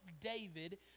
David